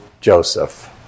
Joseph